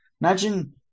Imagine